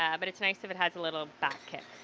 yeah but it's nice if it has a little back kick.